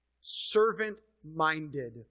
servant-minded